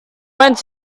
went